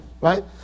right